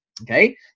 Okay